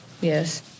Yes